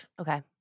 Okay